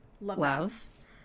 love